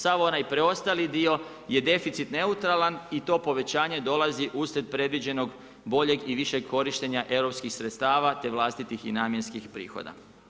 Sav onaj prestali dio je deficit neutralan i to povećanje dolazi uslijed predviđenog boljeg i višeg korištenja europskih sredstava te vlastitih i namjenskih prihoda.